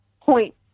point